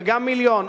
וגם מיליון.